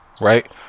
Right